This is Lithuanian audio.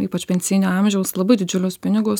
ypač pensijinio amžiaus labai didžiulius pinigus